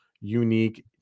unique